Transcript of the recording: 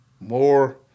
more